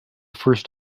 first